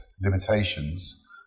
limitations